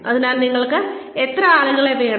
അതിനാൽ നിങ്ങൾക്ക് എത്ര ആളുകളെ വേണം